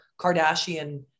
Kardashian